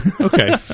Okay